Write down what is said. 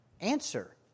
answer